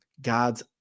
God's